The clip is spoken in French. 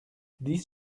dix